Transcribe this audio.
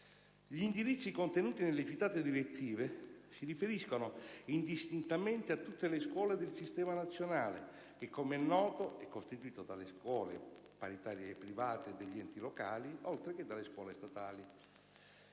Gli indirizzi contenuti nelle citate direttive si riferiscono indistintamente a tutte le scuole del sistema nazionale che, come è noto, è costituito dalle scuole paritarie private e degli enti locali, oltre che dalle scuole statali.